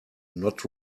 not